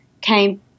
came